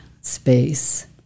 space